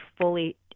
fully